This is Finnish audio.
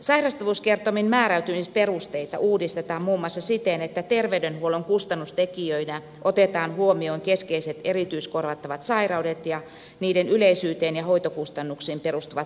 sairastavuuskertoimen määräytymisperusteita uudistetaan muun muassa siten että terveydenhuollon kustannustekijöinä otetaan huomioon keskeiset erityiskorvattavat sairaudet ja niiden yleisyyteen ja hoitokustannuksiin perustuvat painokertoimet